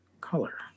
color